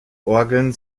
orgeln